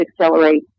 accelerate